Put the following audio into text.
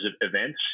events